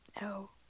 No